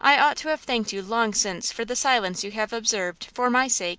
i ought to have thanked you long since for the silence you have observed, for my sake,